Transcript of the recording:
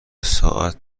ساعت